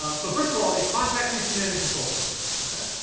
um so first of all, it contacts these command and control servers.